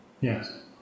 Yes